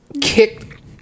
kicked